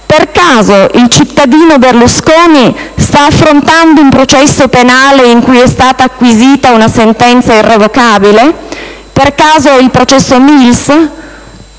Per caso il cittadino Berlusconi sta affrontando un processo penale in cui è stata acquisita una sentenza irrevocabile? Per caso è il processo Mills?